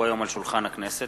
כי הונחו היום על שולחן הכנסת,